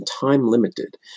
time-limited